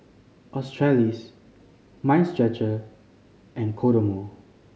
Australis Mind Stretcher and Kodomo